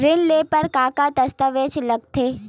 ऋण ले बर का का दस्तावेज लगथे?